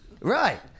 Right